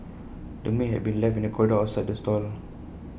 the meat had been left in the corridor outside the stall